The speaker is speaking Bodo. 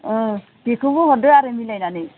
ओं बिखौबो हरदो आरो मिलायनानै